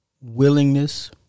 Willingness